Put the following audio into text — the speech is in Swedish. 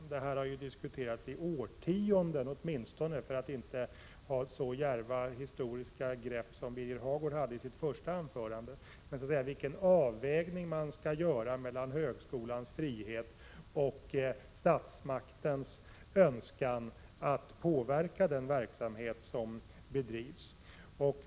Även om jag inte tar så djärva historiska grepp som Birger Hagård tog i sitt första anförande kan jag åtminstone säga att man i årtionden har diskuterat vilken avvägning man skall göra mellan högskolans frihet och statsmaktens önskan att påverka den verksamhet som bedrivs.